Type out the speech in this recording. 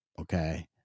okay